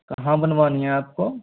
कहाँ बनवानी है आप को